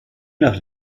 nach